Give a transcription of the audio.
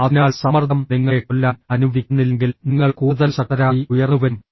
അതിനാൽ സമ്മർദ്ദം നിങ്ങളെ കൊല്ലാൻ അനുവദിക്കുന്നില്ലെങ്കിൽ നിങ്ങൾ കൂടുതൽ ശക്തരായി ഉയർന്നുവരും